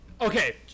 Okay